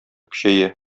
көчәя